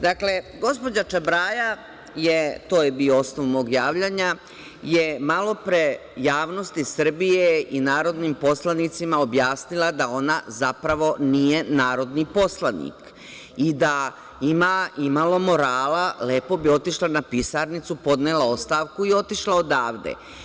Dakle, gospođa Čabraja, to je bio osnov mog javljanja, je malopre javnosti Srbije i narodnim poslanicima objasnila da ona zapravo nije narodni poslanik i da ima imalo morala lepo bi otišla na Pisarnicu, podnela ostavku i otišla odavde.